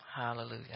Hallelujah